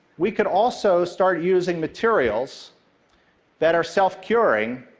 we could also start using materials that are self-curing,